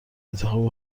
انتخاب